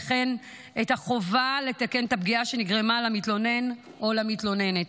וכן את החובה לתקן את הפגיעה שנגרמה למתלונן או למתלוננת.